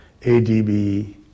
ADB